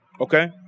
Okay